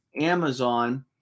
Amazon